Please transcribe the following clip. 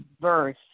verse